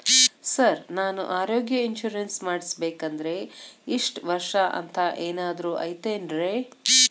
Sir ನಾನು ಆರೋಗ್ಯ insurance ಮಾಡಿಸ್ಬೇಕಂದ್ರೆ ಇಷ್ಟ ವರ್ಷ ಅಂಥ ಏನಾದ್ರು ಐತೇನ್ರೇ?